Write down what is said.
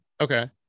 Okay